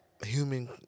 human